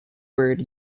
word